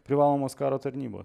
privalomos karo tarnybos